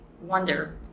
wonder